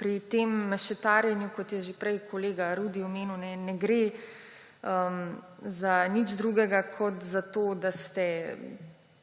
pri tem mešetarjenju, kot je že prej kolega Rudi omenil, ne gre za nič drugega kot za to, da ste